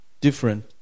different